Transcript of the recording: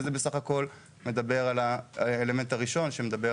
ושנת הבנייה זה רק אלמנט אחד.